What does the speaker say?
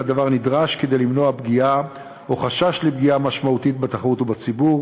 אם הדבר נדרש כדי למנוע פגיעה או חשש לפגיעה משמעותית בתחרות או בציבור,